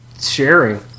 sharing